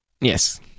Yes